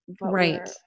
Right